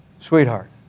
sweetheart